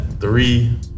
Three